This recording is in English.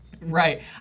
Right